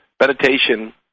Meditation